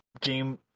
game